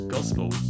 Gospel